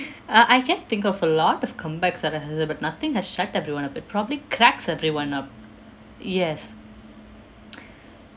uh I can think of a lot of comebacks that are but nothing has shut everyone up it probably cracks everyone up yes